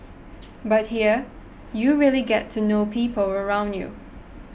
but here you really get to know people around you